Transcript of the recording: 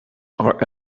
are